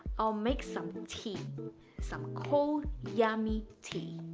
i'll make some tea some cold yummy tea.